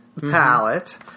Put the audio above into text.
palette